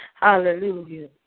Hallelujah